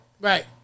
Right